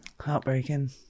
Heartbreaking